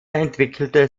entwickelte